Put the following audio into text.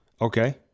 Okay